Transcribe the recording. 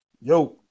Yo